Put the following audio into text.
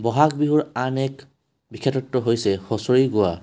ব'হাগ বিহুৰ আন এক বিশেতত্ব হৈছে হুঁচৰি গোৱা